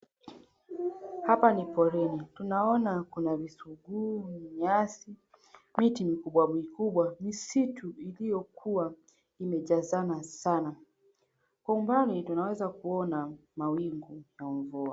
Hapa ni porini tunaona kuna visuguu, nyasi, miti mikubwa mikubwa, misitu iliyokuwa imejazana sana. Kwa umbali tunaweza kuona mawingu na mvua.